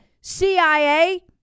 CIA